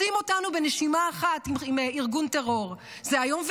לשים אותנו בנשימה אחת עם ארגון טרור זה איום ונורא.